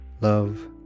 love